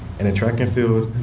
and in track and field,